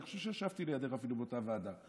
ואני חושב שישבתי לידך אפילו באותה ועדה.